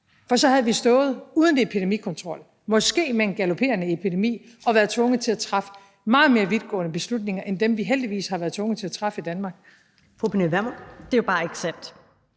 For så havde vi stået uden epidemikontrol og måske med en galoperende epidemi og være tvunget til at træffe meget mere vidtgående beslutninger end dem, vi har været tvunget til at træffe i Danmark. Kl. 14:04 Første næstformand (Karen Ellemann):